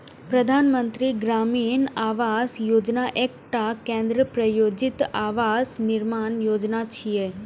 प्रधानमंत्री ग्रामीण आवास योजना एकटा केंद्र प्रायोजित आवास निर्माण योजना छियै